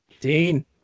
Dean